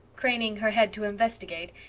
craning her head to investigate,